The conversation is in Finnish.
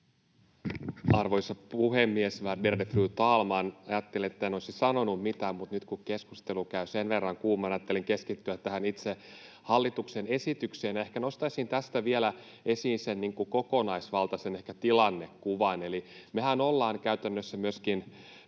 Arvoisa puhemies, värderade fru talman! Ajattelin, että en olisi sanonut mitään, mutta nyt kun keskustelu käy sen verran kuumana, ajattelin keskittyä tähän itse hallituksen esitykseen. Ehkä nostaisin tästä vielä esiin sen kokonaisvaltaisen tilannekuvan, eli mehän ollaan käytännössä tässä